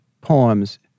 poems